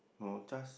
no trust